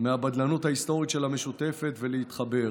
מהבדלנות ההיסטורית של המשותפת ולהתחבר.